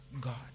God